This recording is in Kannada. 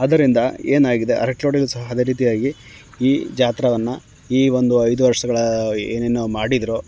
ಅದರಿಂದ ಏನಾಗಿದೆ ಅರಕಲ್ವಾಡಿಲೂ ಸಹ ಅದೆ ರೀತಿಯಾಗಿ ಈ ಜಾತ್ರವನ್ನು ಈ ಒಂದು ಐದು ವರ್ಷಗಳ ಏನೇನು ಮಾಡಿದಿರೋ